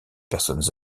personnes